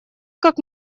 как